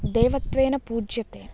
देवत्वेन पूज्यते